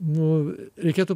nu reikėtų